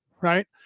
right